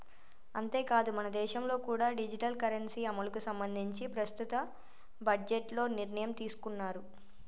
అంతేకాదు మనదేశంలో కూడా డిజిటల్ కరెన్సీ అమలుకి సంబంధించి ప్రస్తుత బడ్జెట్లో నిర్ణయం తీసుకున్నారు